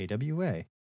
awa